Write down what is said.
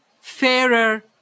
fairer